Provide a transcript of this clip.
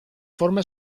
forma